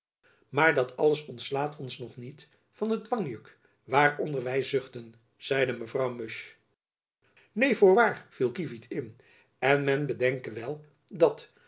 maar dat alles ontslaat ons nog niet van het dwangjuk waaronder wy zuchten zeide mevrouw musch neen voorwaar viel kievit in en men bedenke wel dat